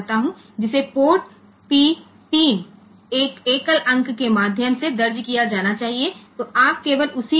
જો કે તે સંખ્યા ઉપર છે તેથી આપણે ફક્ત તે રીતે 0 થી f દાખલ કરી શકીએ છીએ